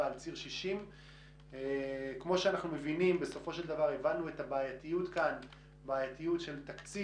על ציר 60. הבנו את הבעייתיות של תקציב,